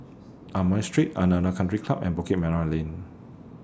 Amoy Street Aranda Country Club and Bukit Merah Lane